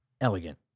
elegant